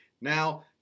now